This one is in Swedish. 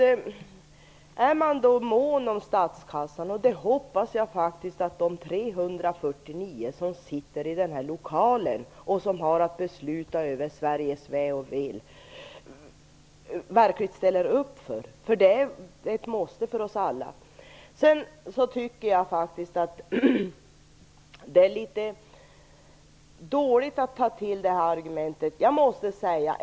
Jag hoppas faktiskt att de 349 som sitter i denna lokal och har att besluta över Sveriges väl och ve verkligen ställer upp och är måna om statskassan. Det är ett måste för oss alla. Jag tycker att det är litet dåligt att ta till det argument som Göthe Knutson tar upp.